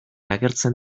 agertzen